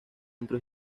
centro